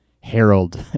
Harold